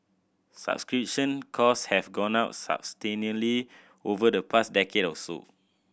subscription cost have gone up substantially over the past decade or so